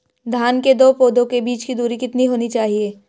धान के दो पौधों के बीच की दूरी कितनी होनी चाहिए?